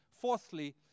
fourthly